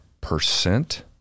percent